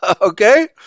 Okay